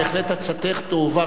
בהחלט, עצתך תועבר